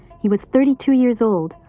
he was thirty two years old,